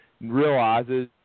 realizes